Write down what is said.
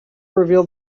revealed